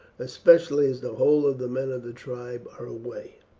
especially as the whole of the men of the tribe are away.